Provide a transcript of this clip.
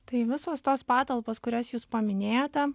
tai visos tos patalpos kurias jūs paminėjote